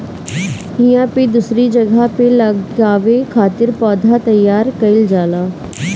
इहां पे दूसरी जगह पे लगावे खातिर पौधा तईयार कईल जाला